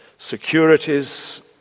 securities